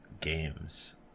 games